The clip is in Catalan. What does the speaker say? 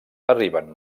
arriben